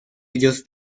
ellos